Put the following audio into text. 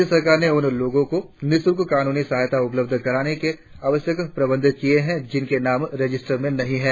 राज्य सरकार ने उन लोगों को निशुल्क कानूनी सहायता उपलब्ध कराने के आवश्यक प्रबंध किए है जिनके नाम रजिस्टर में नहीं हैं